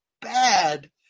bad